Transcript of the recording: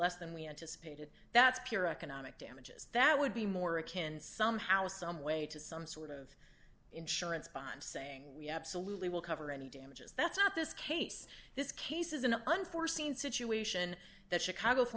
less than we anticipated that's pure economic damages that would be more akin somehow someway to some sort of insurance bond saying we absolutely will cover any damages that's not this case this case is an unforeseen situation that chicago